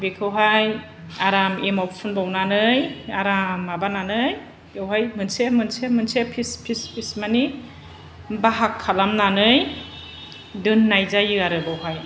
बेखौहाय आराम एमाव फुनबावनानै आराम माबानानै बेहाय मोनसे मोनसे फिस फिस मानि बाहाग खालामनानै दोननाय जायो आरो बावहाय